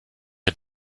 est